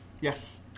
Yes